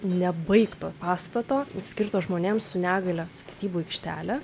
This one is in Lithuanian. nebaigto pastato skirto žmonėms su negalia statybų aikštelę